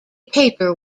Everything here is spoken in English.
paper